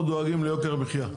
אנחנו דואגים ליוקר המחיה.